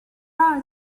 are